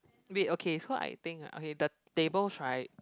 red okay so I think ah okay the tables right